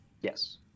Yes